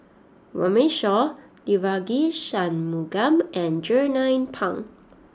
Runme Shaw Devagi Sanmugam and Jernnine Pang